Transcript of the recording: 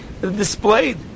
displayed